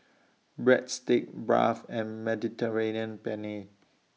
Breadsticks Barfi and Mediterranean Penne